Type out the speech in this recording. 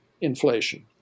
inflation